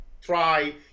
try